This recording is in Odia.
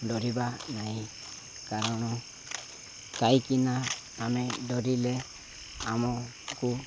ଡ଼ରିବା ନାହିଁ କାରଣ କାଇଁକିନା ଆମେ ଡ଼ରିଲେ ଆମକୁ